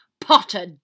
Potter